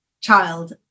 child